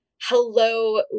hello